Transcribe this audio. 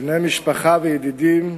בני משפחה וידידים,